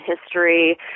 history